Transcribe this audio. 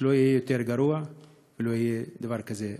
שלא יהיה יותר גרוע ולא יהיה דבר כזה.